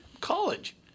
college